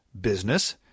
business